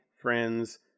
friends